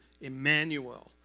Emmanuel